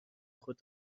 خود